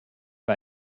war